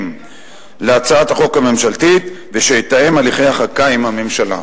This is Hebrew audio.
להצעת החוק הממשלתית ויתאם הליכי החקיקה עם הממשלה.